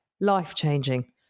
life-changing